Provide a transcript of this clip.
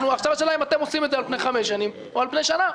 עכשיו השאלה אם אתם עושים את זה על פני חמש שנים או על פני שנה.